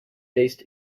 based